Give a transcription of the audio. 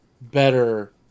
better